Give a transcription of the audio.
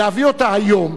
להביא אותה היום,